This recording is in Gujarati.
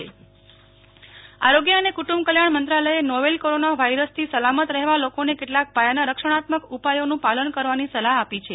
નેહલ ઠક્કર આરોગ્ય મંત્રાલય આરોગ્ય અને કુટુંબ કલ્યાણ મંત્રાલયે નોવેલ કોરોના વાયરસથી સલામત રહેવા લોકોને કેટલાક પાયાના રક્ષણાત્મક ઉપાયોનું પાલન કરવાની સલાહ આપી છે